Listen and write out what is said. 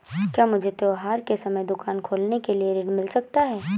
क्या मुझे त्योहार के समय दुकान खोलने के लिए ऋण मिल सकता है?